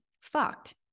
fucked